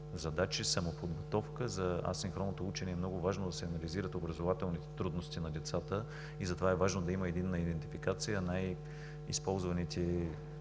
задачи, самоподготовка. За асинхронното учене е много важно да се анализират образователните трудности на децата и затова е важно да има единна идентификация. Най-използваните